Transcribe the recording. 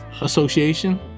Association